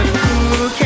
cool